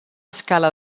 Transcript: escala